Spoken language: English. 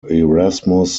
erasmus